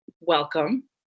welcome